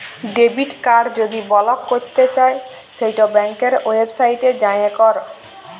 debit card যদি block ক্যরতে চাই সেট ব্যাংকের ওয়েবসাইটে যাঁয়ে ক্যর